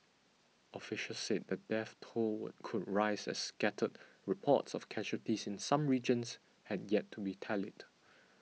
officials said the death toll could rise as scattered reports of casualties in some regions had yet to be tallied